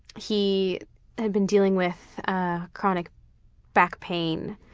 he had been dealing with chronic back pain